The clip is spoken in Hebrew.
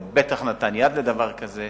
או בטח נתן יד לדבר כזה.